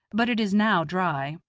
but it is now dry.